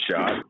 shot